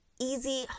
easy